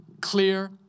clear